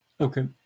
okay